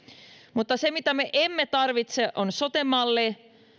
mutta se mitä me emme tarvitse on sote malli